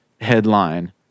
headline